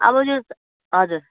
अब यो हजुर